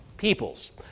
peoples